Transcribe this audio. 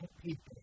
people